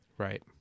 Right